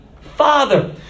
father